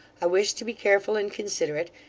i wish to be careful and considerate,